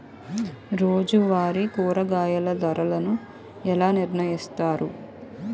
రోజువారి కూరగాయల ధరలను ఎలా నిర్ణయిస్తారు?